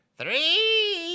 three